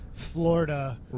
Florida